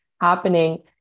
happening